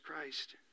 Christ